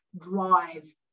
drive